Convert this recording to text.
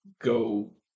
go